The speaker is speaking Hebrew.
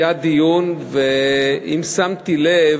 היה דיון, ואם שמתי לב,